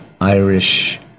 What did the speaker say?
Irish